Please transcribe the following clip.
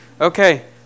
Okay